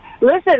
Listen